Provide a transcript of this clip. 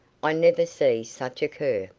i never see such a cur.